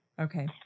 Okay